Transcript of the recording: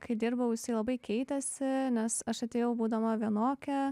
kai dirbau jisai labai keitėsi nes aš atėjau būdama vienokia